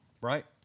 Right